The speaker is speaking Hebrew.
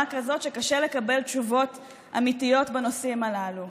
כזאת שקשה לקבל תשובות אמיתיות בנושאים הללו.